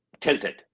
tilted